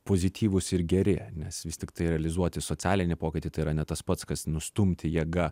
pozityvūs ir geri nes vis tiktai realizuoti socialinį pokytį tai yra ne tas pats kas nustumti jėga